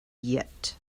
yet